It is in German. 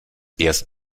erst